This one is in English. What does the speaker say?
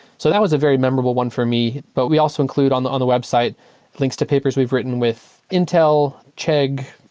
so that was a very memorable one for me. but we also include include on the on the website links to papers we've written with intel, chegg,